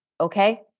Okay